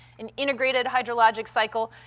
an integrated hydrologic cycle.